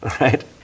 right